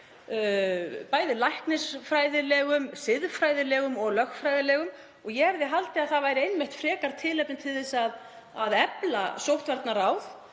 bæði læknisfræðilegum, siðfræðilegum og lögfræðilegum. Ég hefði haldið að það væri einmitt frekar tilefni til að efla sóttvarnaráð